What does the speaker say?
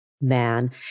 man